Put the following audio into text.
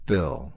Bill